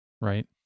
right